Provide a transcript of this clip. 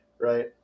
right